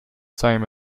same